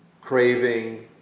craving